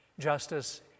justice